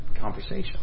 conversation